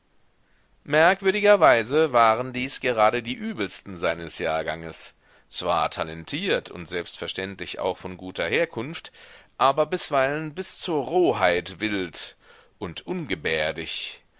merkwürdigerweise waren dies gerade die übelsten seines jahrganges zwar talentiert und selbstverständlich auch von guter herkunft aber bisweilen bis zur roheit wild und ungebärdig